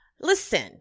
Listen